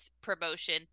promotion